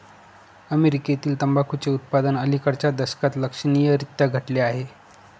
अमेरीकेतील तंबाखूचे उत्पादन अलिकडच्या दशकात लक्षणीयरीत्या घटले आहे